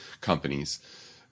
companies